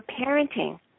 parenting